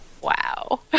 Wow